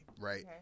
right